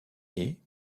est